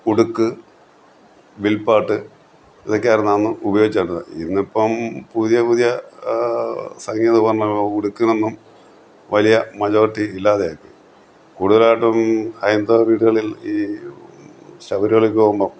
ഉടുക്ക് വിൽപ്പാട്ട് ഇതൊക്കെ ആയിരുന്നു അന്ന് ഉപയോഗിച്ചിരുന്നത് ഇന്ന് ഇപ്പം പുതിയ പുതിയ സംഗതി വന്ന് ഉടുക്കിനൊന്നും വലിയ മജോറിറ്റി ഇല്ലാതെ യാക്കി കൂടുതലായിട്ടും ഹൈന്ദവ വീടുകളിൽ ഈ ശബരിമലയ്ക്ക് പോകുമ്പം